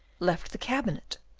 left the cabinet,